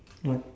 what